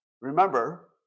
Remember